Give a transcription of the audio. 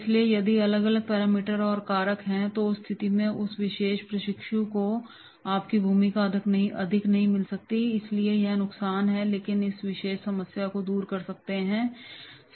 इसलिए यदि अलग अलग पैरामीटर और कारक हैं तो उस स्थिति में उस विशेष प्रशिक्षु को आपकी भूमिका अधिक नहीं मिल सकती है इसलिए यह एक नुकसान है लेकिन हम इस विशेष समस्या को दूर कर सकते हैं